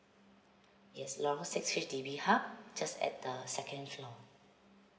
yes lorong six H_D_B hub just at the second floor